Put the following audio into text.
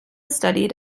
studied